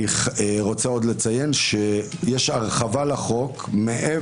אני רוצה עוד לציין שיש הרחבה לחוק מהגורמים המקצועיים,